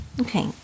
Okay